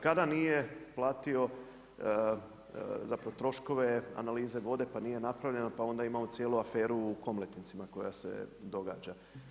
Kada nije platio zapravo troškove analize vode, pa nije napravljeno, pa onda ima cijelu aferu u Komletinci koja se događa.